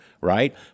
right